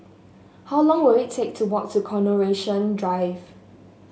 how long will it take to walk to Coronation Drive